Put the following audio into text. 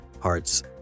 hearts